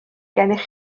gennych